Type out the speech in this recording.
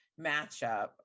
matchup